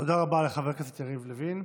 תודה רבה לחבר הכנסת יריב לוין.